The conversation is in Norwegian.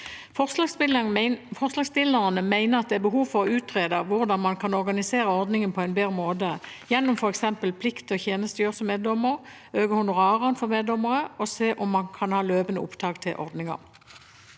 Forslagsstillerne mener det er behov for å utrede hvordan man kan organisere ordningen på en bedre måte gjennom f.eks. plikt til å tjenestegjøre som meddommer, å øke honoraret for meddommere og å se om man kan ha løpende opptak til ordningen.